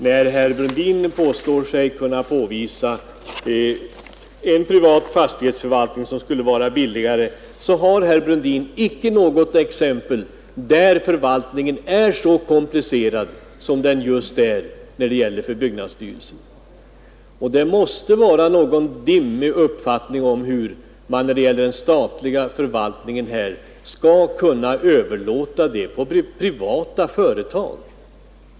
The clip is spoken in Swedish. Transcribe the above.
När herr Brundin påstår sig kunna påvisa en privat fastighetsförvaltning som skulle vara billigare så har han icke något exempel där förvaltningen är så komplicerad som den just är när det gäller byggnadsstyrelsen. Man måste bygga på en dimmig uppfattning om den statliga förvaltningen, därest man tror att den här verksamheten skulle kunna överlåtas på privata företag.